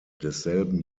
desselben